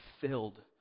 filled